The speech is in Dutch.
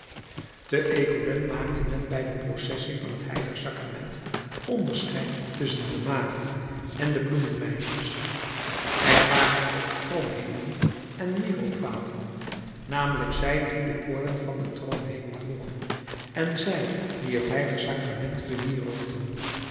te ecouen maakte men bij de processie van het h sacrament onderscheid tusschen de maagden en de bloemenmeisjes er waren ook troonhemelen en wierookvaten namelijk zij die de koorden van den troonhemel droegen en zij die het h sacrament